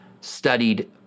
studied